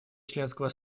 членского